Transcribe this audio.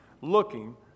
Looking